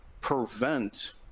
prevent